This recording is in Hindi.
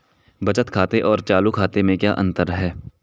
बचत खाते और चालू खाते में क्या अंतर है?